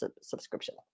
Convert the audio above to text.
subscription